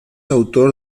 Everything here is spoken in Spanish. autor